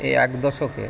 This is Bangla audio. এই এক দশকে